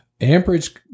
amperage